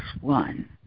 one